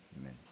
Amen